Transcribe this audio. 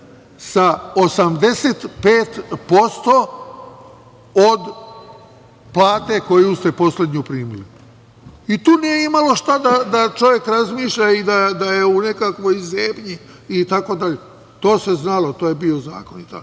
sa 85% od plate koju ste poslednju primili. I tu nije imalo šta čovek da razmišlja i da je u nekakvoj zebnji. To se znalo, to je bio zakon. Na takve